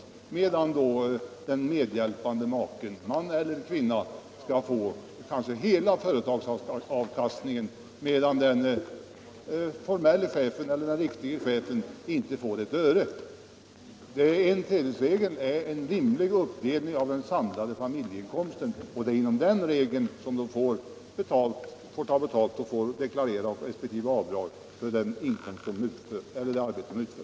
— ning Annars kan ju den medhjälpande maken, man eller kvinna, ta hela företagsavkastningen, medan den riktige chefen inte får ett öre. Regeln om en tredjedel innebär en rimlig uppdelning av den samlade familjeinkomsten, och det är inom den ramen man får betalt och skall deklarera resp. avdrag för det arbete man utför.